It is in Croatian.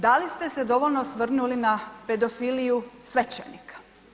Da li ste se dovoljno osvrnuli na pedofiliju svećenika?